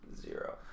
Zero